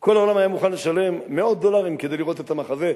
כל העולם היה מוכן לשלם מאות דולרים כדי לראות את המחזה,